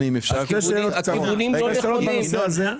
אז שתי שאלות קצרות בנושא הזה.